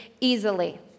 easily